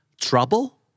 trouble